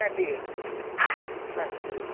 হ্যাঁ ঠিক আছে হ্যাঁ ঠিক আছে